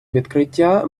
відкриття